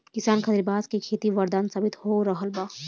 किसान खातिर बांस के खेती वरदान साबित हो रहल बा